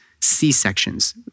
C-sections